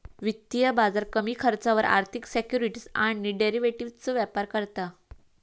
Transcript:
वित्तीय बाजार कमी खर्चावर आर्थिक सिक्युरिटीज आणि डेरिव्हेटिवजचो व्यापार करता